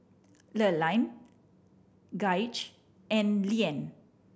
Lurline Gaige and Leeann